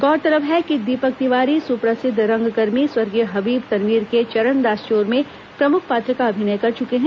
गौरतलब है कि दीपक तिवारी सुप्रसिद्ध रंगकर्मी स्वर्गीय हबीब तनवीर के चरणदास चोर में प्रमुख पात्र का अभिनय कर चुके हैं